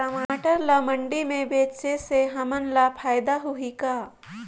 टमाटर ला मंडी मे बेचे से हमन ला फायदा होही का?